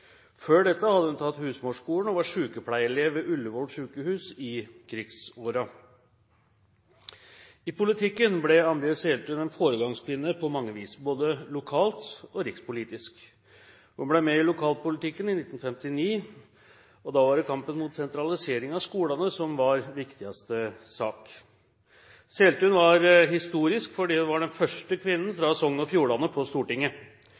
Før dette hadde hun tatt husmorskolen og var sjukepleierelev ved Ullevål sykehus i krigsårene. I politikken ble Ambjørg Sælthun en foregangskvinne på mange vis, både lokalt og rikspolitisk. Hun ble med i lokalpolitikken i 1959, og da var det kampen mot sentraliseringen av skolene som var viktigste sak. Sælthun var historisk fordi hun var den første kvinnen fra Sogn og Fjordane på Stortinget.